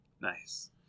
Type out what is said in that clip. Nice